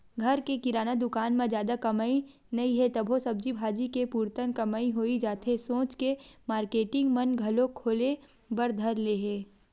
घर के किराना दुकान म जादा कमई नइ हे तभो सब्जी भाजी के पुरतन कमई होही जाथे सोच के मारकेटिंग मन घलोक खोले बर धर ले हे